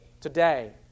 today